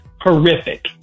horrific